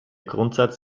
grundsatz